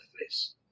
face